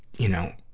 you know,